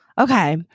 Okay